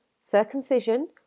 circumcision